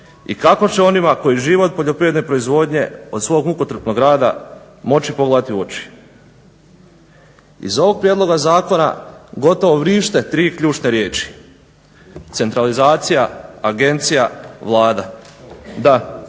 i kako će onima koji život poljoprivredne proizvodnje od svog mukotrpnog rada moći pogledati u oči. Iz ovog prijedloga zakona gotovo vrište tri ključne riječi, centralizacija, agencija, Vlada.